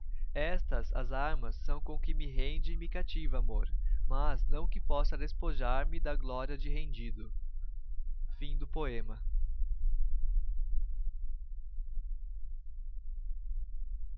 estas as armas são com que me rende e me cativa amor mas não que possa despojar me da glória de rendido lembranças que